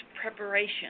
Preparation